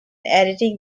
editing